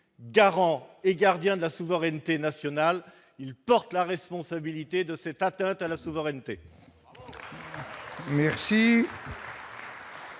garant et gardien de la souveraineté nationale, il porte la responsabilité de cette atteinte à la souveraineté.